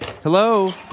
Hello